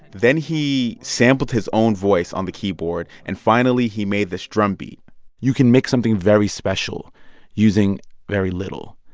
then he sampled his own voice on the keyboard. and finally, he made this drumbeat you can make something very special using very little,